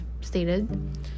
stated